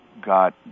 got